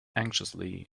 anxiously